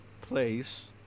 place